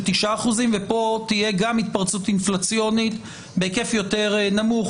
9% וגם פה תהיה התפרצות אינפלציונית בהיקף יותר נמוך.